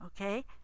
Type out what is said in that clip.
okay